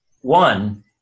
one